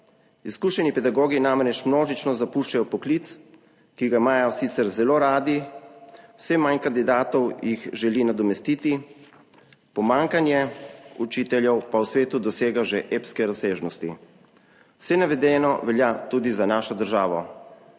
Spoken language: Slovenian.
Izkušeni pedagogi namreč množično zapuščajo poklic, ki ga imajo sicer zelo radi, vse manj kandidatov jih želi nadomestiti pomanjkanje 26. TRAK: (VP) 12.05 (nadaljevanje) učiteljev pa v svetu dosega že epske razsežnosti. Vse navedeno velja tudi za našo državo.